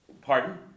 Pardon